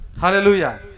Hallelujah